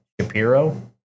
Shapiro